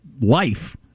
life